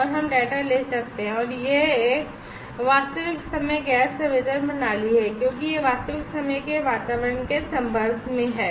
और हम डेटा ले सकते हैं और यह एक वास्तविक समय गैस संवेदन प्रणाली है क्योंकि यह वास्तविक समय के वातावरण के संपर्क में है